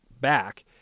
back